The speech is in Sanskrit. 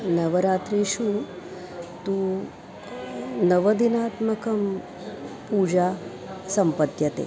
नवरात्रिषु तु नवदिनात्मिका पूजा सम्पद्यते